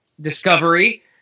discovery